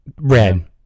Red